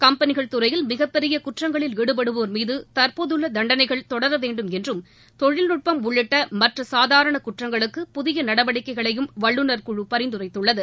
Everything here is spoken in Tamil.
கம்பெனிகள் துறையில் மிகப்பெரிய குற்றங்களில் ஈடுபடுவோர் மீது தற்போதுள்ள தண்டனைகள் தொடர வேண்டும் என்றும் தொழில்நுட்பம் உள்ளிட்ட மற்ற சாதாரண குற்றங்களுக்கு புதிய நடவடிக்கைகளை வல்லுநர் குழு பரிந்துரைத்துள்ளது